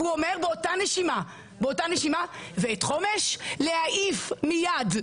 והוא אומר באותה נשימה: ואת חומש להעיף מייד.